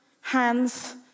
hands